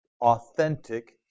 authentic